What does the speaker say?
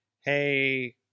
hey